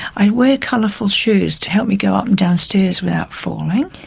i wear colourful shoes to help me go up and down stairs without falling.